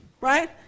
right